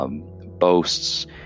boasts